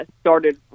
started